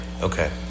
Okay